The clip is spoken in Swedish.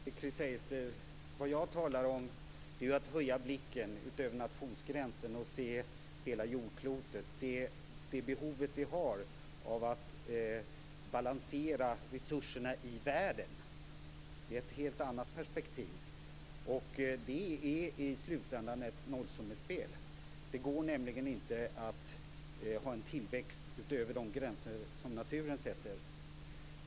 Fru talman! Vad jag talar om är att vi skall höja blicken utöver nationsgränserna och se hela jordklotet, se till det behov som vi har av att balansera resurserna i världen. Det är ett helt annat perspektiv. I slutändan är detta ett nollsummespel. Det går nämligen inte att ha en tillväxt utöver de gränser som naturen sätter.